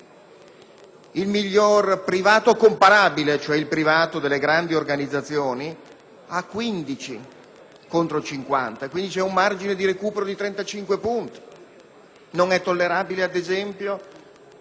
Il miglior privato comparabile, cioè il privato delle grandi organizzazioni, ha 15 contro 50; quindi, c'è un margine di recupero di 35 punti. Non è tollerabile, ad esempio,